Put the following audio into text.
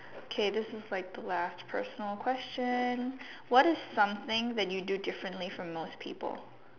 K this is like the last personal question what is something you do differently from most people